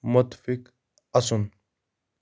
مُتفِق اَسُن